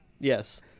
Yes